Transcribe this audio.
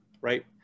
right